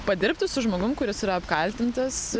padirbti su žmogum kuris yra apkaltintas